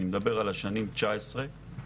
אני מדבר על השנים 2019 ו-2020,